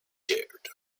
dared